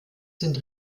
sind